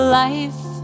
life